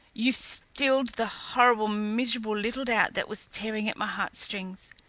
you've stilled the horrible, miserable little doubt that was tearing at my heartstrings.